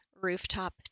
rooftop